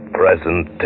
present